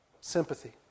sympathy